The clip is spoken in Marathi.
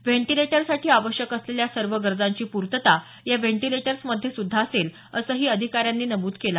व्हेंटिलेटरसाठी आवश्यक असलेल्या सर्व गरजांची पूर्तता या व्हेंटीलेटर्स मध्ये सुद्धा असेल असही अधिकाऱ्यांनी नमूद केलं